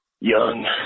young